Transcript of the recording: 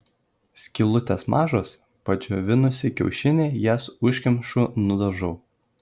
skylutės mažos padžiovinusi kiaušinį jas užkemšu nudažau